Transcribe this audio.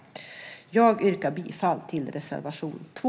Jag yrkar bifall till reservation 2.